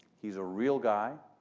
he's a real guy.